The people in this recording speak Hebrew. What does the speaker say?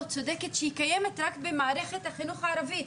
צודקת שהיא קיימת רק במערכת החינוך הערבי,